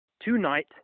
Tonight